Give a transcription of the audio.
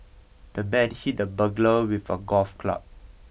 the man hit the burglar with a golf club